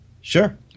sure